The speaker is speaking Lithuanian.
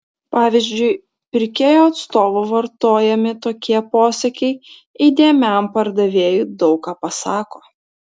pavyzdžiui pirkėjo atstovo vartojami tokie posakiai įdėmiam pardavėjui daug ką pasako